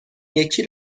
یکی